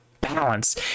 Balance